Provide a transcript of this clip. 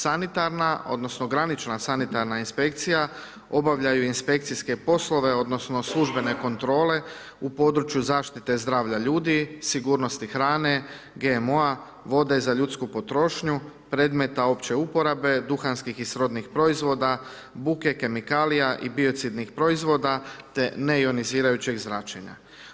Sanitarna, odnosno granična sanitarna inspekcija obavljaju inspekcijske poslove odnosno službene kontrole u području zaštite zdravlja ljudi, sigurnosti hrane, GMO-a, vode za ljudsku potrošnju, predmeta opće uporabe, duhanskih i srodnih proizvoda, buke, kemikalija i biocidnih proizvoda te neionizirajućeg zračenja.